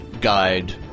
guide